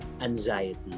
anxiety